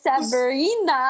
Sabrina